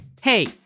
Hey